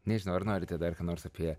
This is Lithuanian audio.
nežinau ar norite dar ką nors apie